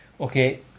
Okay